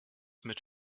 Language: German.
mit